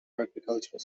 agricultural